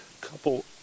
couple